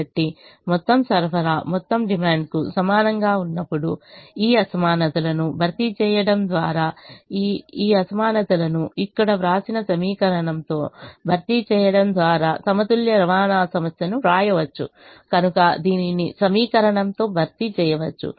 కాబట్టి మొత్తం సరఫరా మొత్తం డిమాండ్కు సమానంగా ఉన్నప్పుడు ఈ అసమానతలను భర్తీ చేయడం ద్వారా ఈ అసమానతలను ఇక్కడ వ్రాసిన సమీకరణంతో భర్తీ చేయడం ద్వారా సమతుల్య రవాణా సమస్యను వ్రాయవచ్చు కనుక దీనిని సమీకరణంతో భర్తీ చేయవచ్చు